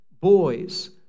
boys